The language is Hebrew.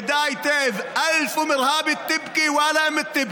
ידע היטב: (אומר בערבית ומתרגם:)